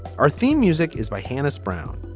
our theme music is by hani's brown.